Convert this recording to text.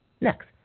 Next